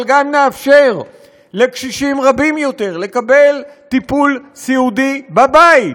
אבל גם נאפשר לקשישים רבים יותר לקבל טיפול סיעודי בבית,